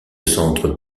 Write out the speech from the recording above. centre